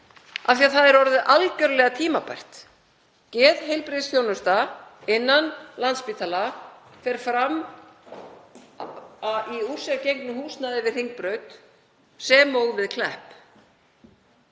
því að það er orðið algjörlega tímabært. Geðheilbrigðisþjónusta innan Landspítala fer fram í úr sér gengnu húsnæði við Hringbraut, sem og við Klepp.